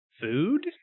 food